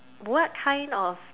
what kind of